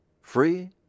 free